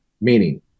Meaning